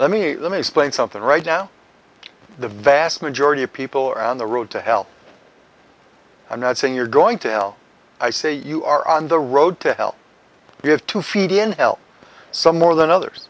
let me let me explain something right now the vast majority of people are on the road to hell i'm not saying you're going to hell i say you are on the road to hell you have to feed in else some more than others